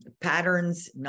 patterns